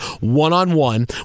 one-on-one